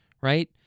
Right